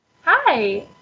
Hi